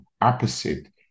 opposite